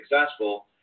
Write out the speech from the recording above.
successful